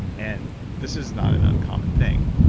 and this is not an uncommon thing.